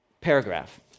paragraph